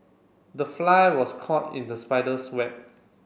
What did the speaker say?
the fly was caught in the spider's web